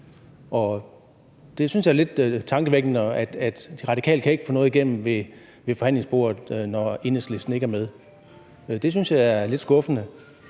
det er lidt tankevækkende, at De Radikale ikke kan få noget igennem ved forhandlingsbordet, når Enhedslisten ikke er med. Det synes jeg er lidt skuffende.